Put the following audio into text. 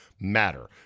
matter